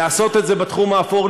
לעשות את זה בתחום האפור,